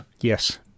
Yes